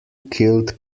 killed